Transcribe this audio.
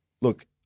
Look